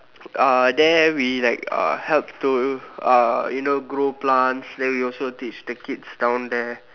uh there we like uh help to uh you know grow plants then we also teach the kids down there